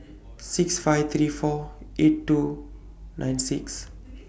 six five three four eight two nine six